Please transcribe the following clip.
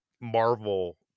Marvel